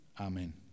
Amen